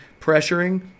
pressuring